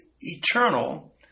eternal